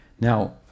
Now